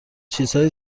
چیزهای